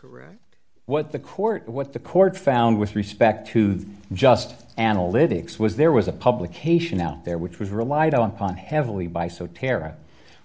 sense what the court what the court found with respect to just analytics was there was a publication out there which was relied on pon heavily by so tara